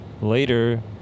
later